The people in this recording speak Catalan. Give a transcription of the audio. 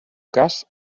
cas